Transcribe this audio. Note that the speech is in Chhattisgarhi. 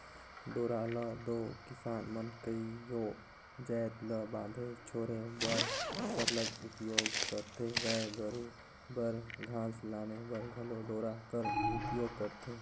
डोरा ल दो किसान मन कइयो जाएत ल बांधे छोरे बर सरलग उपियोग करथे गाय गरू बर घास लाने बर घलो डोरा कर उपियोग करथे